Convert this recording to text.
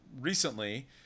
recently